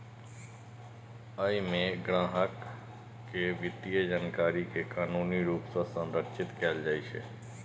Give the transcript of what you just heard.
अय मे ग्राहक के वित्तीय जानकारी कें कानूनी रूप सं संरक्षित कैल जाइ छै